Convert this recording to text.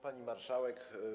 Pani Marszałek!